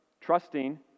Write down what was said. trusting